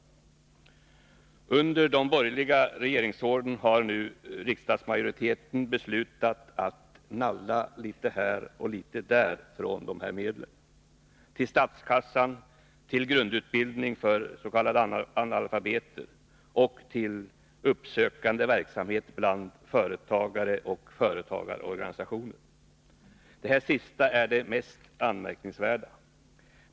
Under de borgerliga regeringsåren har nu riksdagsmajoriteten beslutat nalla litet här och litet där av de här medlen. Till statskassan, till grundutbildning för s.k. analfabeter och till uppsökande verksamhet bland företagare och företagarorganisationer. Detta sista är det mest anmärkningsvärda.